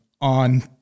on